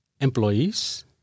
employees